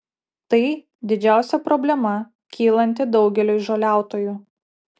tai didžiausia problema kylanti daugeliui žoliautojų